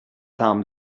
tom